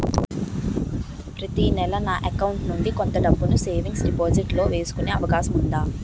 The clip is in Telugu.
ప్రతి నెల నా అకౌంట్ నుండి కొంత డబ్బులు సేవింగ్స్ డెపోసిట్ లో వేసుకునే అవకాశం ఉందా?